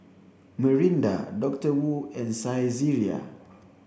Mirinda Doctor Wu and Saizeriya